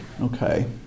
Okay